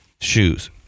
shoes